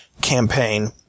campaign